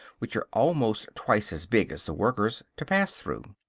which are almost twice as big as the workers, to pass through.